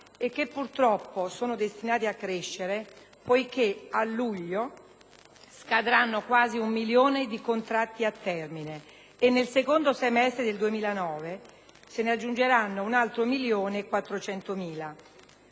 e che, purtroppo, sono destinati a crescere dato che a luglio scadranno quasi un milione di contratti a termine e nel secondo semestre del 2009 se ne aggiungeranno un altro milione e